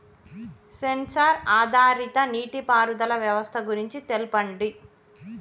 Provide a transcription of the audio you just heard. Censor ఆధారిత నీటిపారుదల వ్యవస్థ గురించి తెల్పండి?